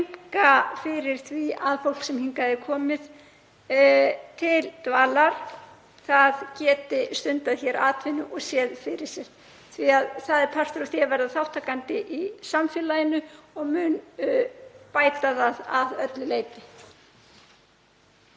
rýmka fyrir því að fólk sem hingað er komið til dvalar geti stundað hér atvinnu og séð fyrir sér því að það er partur af því að vera þátttakandi í samfélaginu og mun bæta það að öllu leyti.